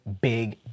big